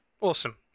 awesome